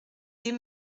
des